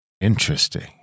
Interesting